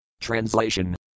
Translation